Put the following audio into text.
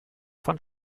von